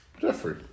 Jeffrey